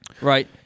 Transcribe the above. right